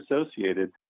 associated